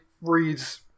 reads